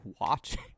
watching